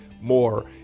more